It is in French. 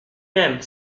même